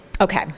Okay